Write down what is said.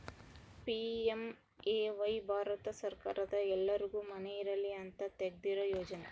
PMAY Bharat ಸರ್ಕಾರದ ಎಲ್ಲರ್ಗು ಮನೆ ಇರಲಿ ಅಂತ ತೆಗ್ದಿರೊ ಯೋಜನೆ